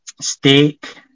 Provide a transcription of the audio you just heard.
Steak